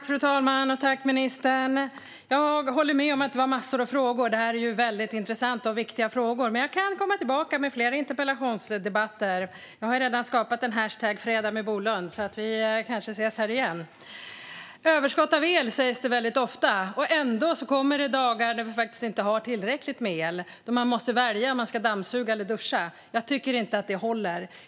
Fru talman! Tack, ministern, för svaret! Jag håller med om att det var massor av frågor. Detta är ju väldigt intressanta och viktiga frågor. Men jag kan komma tillbaka med fler interpellationer. Jag har ju redan skapat en hashtag, #fredagmedbolund, så vi kanske ses här igen. Överskott av el talas det om väldigt ofta. Men ändå kommer det dagar då vi faktiskt inte har tillräckligt med el och man måste välja om man ska dammsuga eller duscha. Jag tycker inte att det håller.